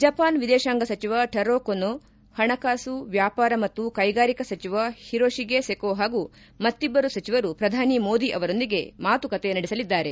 Japan ವಿದೇಶಾಂಗ ಸಚಿವ Taro Kono ಹಣಕಾಸು ವ್ಲಾಪಾರ ಮತ್ತು ಕೈಗಾರಿಕಾ ಸಚಿವ ಹಿರೋಶಿಗೆ ಸೆಕೊ ಹಾಗೂ ಮತ್ತಿಬ್ಲರು ಸಚಿವರು ಪ್ರಧಾನಿ ಮೋದಿ ಅವರೊಂದಿಗೆ ಮಾತುಕತೆ ನಡೆಸಲಿದ್ದಾರೆ